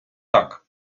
так